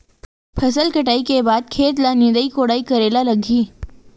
फसल कटाई के बाद खेत ल निंदाई कोडाई करेला लगही?